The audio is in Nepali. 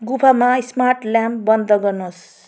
गुफामा स्मार्ट ल्याम्प बन्द गर्नुहोस्